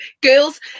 girls